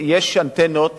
יש אנטנות